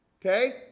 Okay